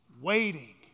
waiting